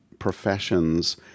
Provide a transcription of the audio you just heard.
professions